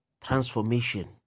transformation